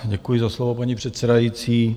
Děkuji za slovo, paní předsedající.